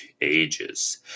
Ages